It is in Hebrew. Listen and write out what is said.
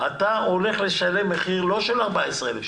אתה הולך לשלם מחיר, לא של 14,000 שקל.